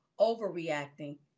overreacting